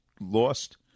lost